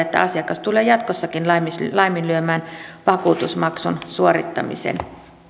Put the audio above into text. että asiakas tulee jatkossakin laiminlyömään laiminlyömään vakuutusmaksun suorittamisen